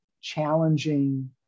challenging